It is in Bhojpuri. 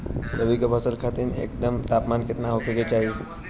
रबी क फसल खातिर इष्टतम तापमान केतना होखे के चाही?